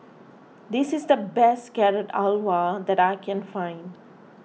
this is the best Carrot Halwa that I can find